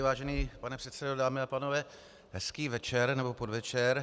Vážený pane předsedo, dámy a pánové, hezký večer nebo podvečer.